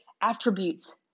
attributes